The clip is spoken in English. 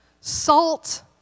Salt